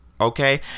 Okay